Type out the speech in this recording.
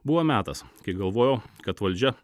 buvo metas kai galvojau kad valdžia